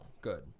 Good